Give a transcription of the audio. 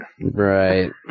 Right